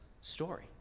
story